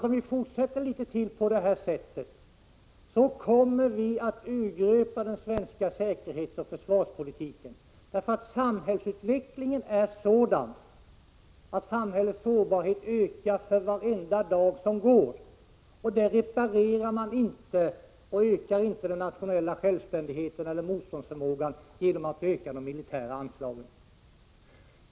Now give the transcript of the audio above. Om vi fortsätter litet till på detta sätt kommer vi att urgröpa den svenska säkerhetsoch försvarspolitiken. Samhällsutvecklingen är sådan att samhällets sårbarhet ökar för varje dag som går, och man förbättrar inte den nationella motståndsförmågan genom att öka de militära anslagen.